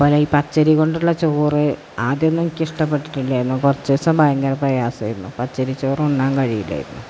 പോലെ പച്ചരി കൊണ്ടുള്ള ചോറ് ആദ്യമൊന്നും എനിക്കിഷ്ടപ്പെട്ടിട്ടില്ലായിരുന്നു കുറച്ചു ദിവസം ഭയങ്കര പ്രയാസമായിരുന്നു പച്ചരി ചോറുണ്ണാൻ കഴിയില്ലായിരുന്നു